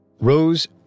Rose